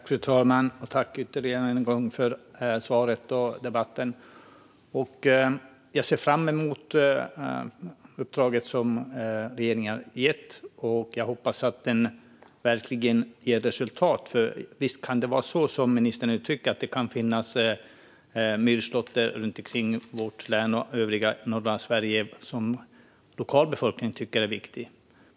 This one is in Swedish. Fru talman! Tack ytterligare en gång till statsrådet för svaret och debatten! Jag ser fram emot uppdraget som regeringen har gett, och jag hoppas att det verkligen ger resultat. Visst kan det finnas myrslåttrar runt omkring i vårt län och i övriga norra Sverige som lokalbefolkningen tycker är viktiga.